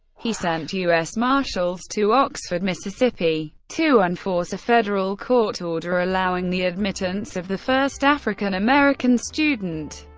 he sent u s. marshals to oxford, mississippi, to enforce a federal court order allowing the admittance of the first african-american student,